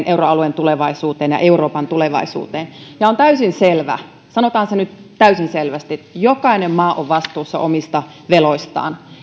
euroalueen tulevaisuuteen ja euroopan tulevaisuuteen on täysin selvä sanotaan se nyt täysin selvästi että jokainen maa on vastuussa omista veloistaan